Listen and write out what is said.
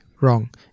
wrong